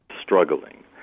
struggling